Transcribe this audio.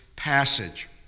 passage